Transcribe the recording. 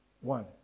one